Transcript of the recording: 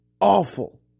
awful